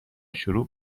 شروع